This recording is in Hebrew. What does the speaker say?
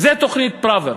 זאת תוכנית פראוור.